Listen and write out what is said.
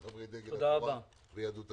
חברי דגל התורה ויהדות התורה.